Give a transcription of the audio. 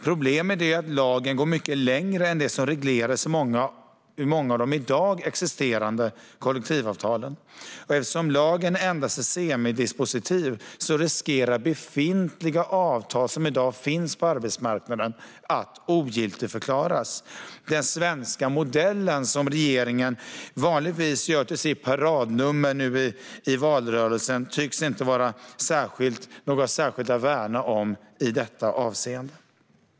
Problemet är att lagen går mycket längre än det som regleras i många av de i dag existerande kollektivavtalen. Och eftersom lagen endast är semidispositiv riskerar befintliga avtal på arbetsmarknaden att ogiltigförklaras. Den svenska modellen, som regeringen vanligtvis gör till sitt paradnummer i valrörelsen, tycks inte vara något att värna i detta avseende.